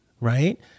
right